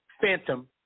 phantom